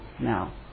now